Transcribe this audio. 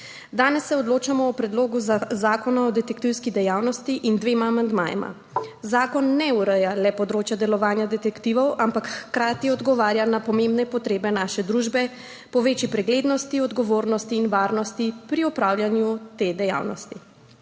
Danes se odločamo o Predlogu zakona o detektivski dejavnosti in dveh amandmajih. Zakon ne ureja le področja delovanja detektivov, ampak hkrati odgovarja na pomembne potrebe naše družbe po večji preglednosti, odgovornosti in varnosti pri opravljanju te dejavnosti.